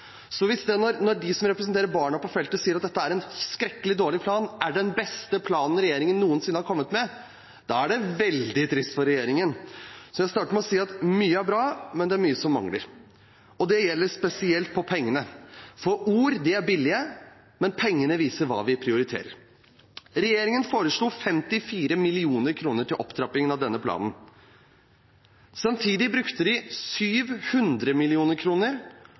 Så blir det nå sagt fra representanten fra Fremskrittspartiet at det aldri før har vært lagt fram en mer forpliktende plan. Det må jo sies å være ganske spesielt å si når Barneombudet er rasende på regjeringen og sier den er for dårlig. Når de som representerer barna på feltet sier at dette er en skrekkelig dårlig plan, og det er den beste planen regjeringen noensinne har kommet med, da er det veldig trist for regjeringen. Jeg startet med å si at mye er bra, men det er mye som mangler, og det gjelder